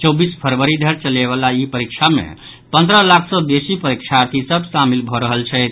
चौबीस फरवरी धरि चलयवला ई परीक्षा मे पंद्रह लाख सँ बेसी परीक्षार्थी सभ शामिल भऽ रहल छथि